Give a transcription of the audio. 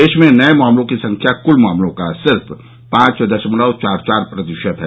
देश में नये मामलों की संख्या कुल मामलों का सिर्फ पांच दशमलव चार चार प्रतिशत है